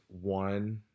one